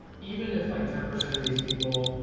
even if like ten percent of these people,